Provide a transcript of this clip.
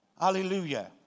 Hallelujah